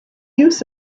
use